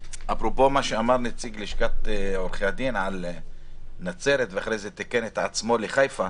מה שאמר נציג לשכת עורכי הדין על נצרת ואז תיקן את עצמו לחיפה,